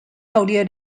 audio